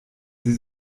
sie